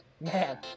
Man